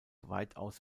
weitaus